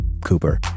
cooper